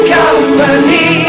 company